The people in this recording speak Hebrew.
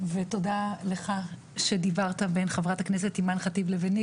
ותודה לך שדיברת בין חברת הכנסת אימאן ח'טיב לביני